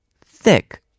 Thick